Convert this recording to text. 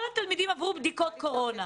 כל התלמידים עברו בדיקות קורונה.